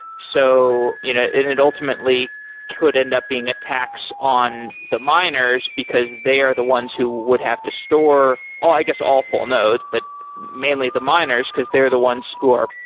so you know it ultimately could end up being attacks on the miners because they are the ones who would have to store, i guess, all full nodes, but mainly the miners because they're the ones who are,